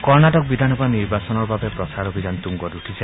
কৰ্ণাটক বিধানসভা নিৰ্বাচনৰ বাবে প্ৰচাৰ অভিযান তুংগত উঠিছে